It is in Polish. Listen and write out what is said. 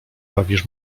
bawisz